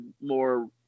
more